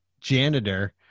janitor